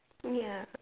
ya